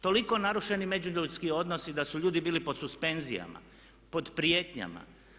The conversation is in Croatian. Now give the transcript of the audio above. Toliko narušeni međuljudski odnosi da su ljudi bili pod suspenzijama, pod prijetnjama.